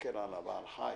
מסתכל על בעל החיים,